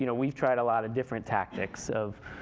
you know we've tried a lot of different tactics of,